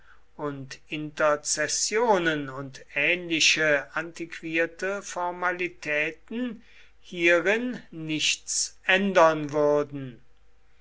und interzessionen und ähnliche antiquierte formalitäten hierin nichts ändern würden